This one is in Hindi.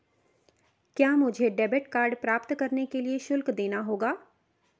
क्या मुझे डेबिट कार्ड प्राप्त करने के लिए शुल्क देना होगा?